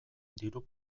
diru